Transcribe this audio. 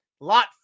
Lot